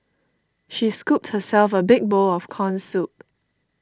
she scooped herself a big bowl of Corn Soup